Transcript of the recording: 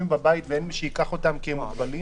בבית כי אין מי שייקח אותם כי הם מוגבלים?